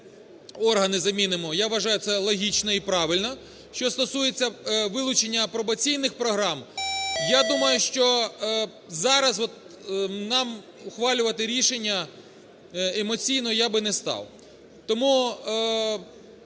органи замінимо, я вважаю це логічно і правильно. Що стосується вилучення пробаційних програм, я думаю, що зараз нам ухвалювати рішення емоційно я би не став. Тому